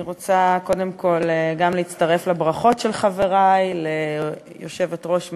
אני רוצה קודם כול גם להצטרף לברכות של חברי ליושבת-ראש מרצ,